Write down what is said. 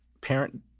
parent